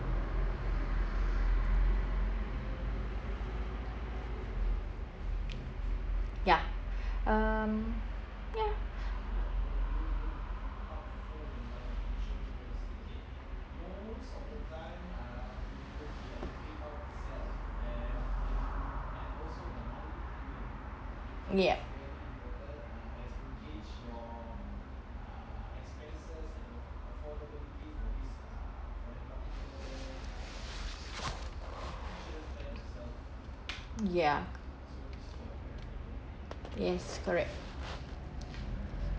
ya um ya yup ya yes correct